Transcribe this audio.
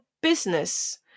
business